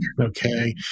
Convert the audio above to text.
Okay